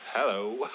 Hello